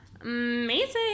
amazing